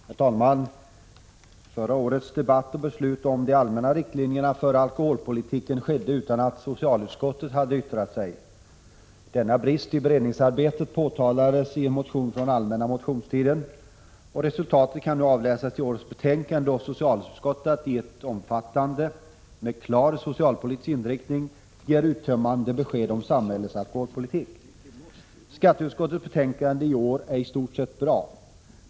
Herr talman! Förra årets debatt och beslut om de allmänna riktlinjerna för alkoholpolitiken ägde rum utan att socialutskottet hade yttrat sig. Denna brist i beredningsarbetet påtalades i en motion under den allmänna motionstiden. Resultaten kan avläsas i årets omfattande betänkande, där socialutskottet, med klar socialpolitisk inriktning, ger uttömmande besked om samhällets alkoholpolitik. Skatteutskottets betänkande i år är i huvudsak bra.